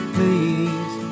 Please